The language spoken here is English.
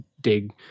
dig